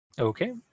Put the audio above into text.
okay